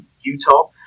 Utah